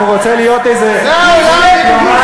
הוא רוצה להיות איזה, מה לעשות?